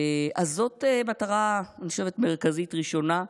אז אני חושבת שזאת מטרה מרכזית ראשונה,